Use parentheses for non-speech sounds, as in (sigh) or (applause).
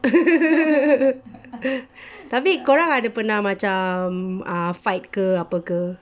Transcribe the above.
(laughs) tapi korang ada pernah macam uh fight ke apa ke